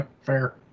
Fair